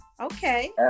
okay